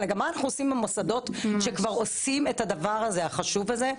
אלא מה אנחנו עושים עם המוסדות שכבר עושים את הדבר החשוב הזה.